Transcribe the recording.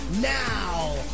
now